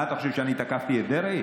מה אתה חושב, שאני תקפתי את דרעי?